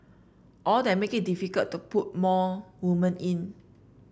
all that made it difficult to put more woman in